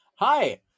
Hi